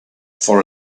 for